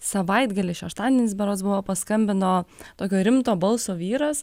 savaitgalį šeštadienis berods buvo paskambino tokio rimto balso vyras